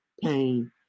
pain